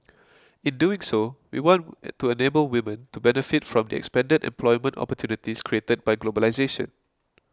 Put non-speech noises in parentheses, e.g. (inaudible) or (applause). in doing so we want (unintelligible) to enable women to benefit from the expanded employment opportunities created by globalisation